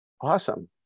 Awesome